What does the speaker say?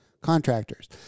contractors